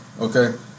okay